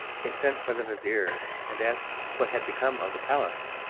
he sent for the vizir, and asked what had become of the palace.